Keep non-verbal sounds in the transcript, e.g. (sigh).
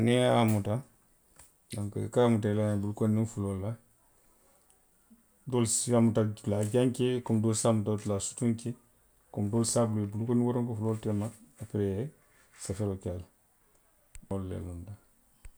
Niŋ a ye a muta. donku i ka a muta i la ňiŋ bulukondiŋ fuloolu le la. doolu se a muta dulaa jaŋ ke. komiŋ doolu se a muta dulaa sutuŋ ke, komiŋ doolu se bula bulukonodiŋ woronko fuloolu teema, aperee (unintelligible)